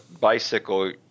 bicycle